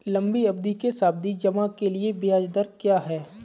लंबी अवधि के सावधि जमा के लिए ब्याज दर क्या है?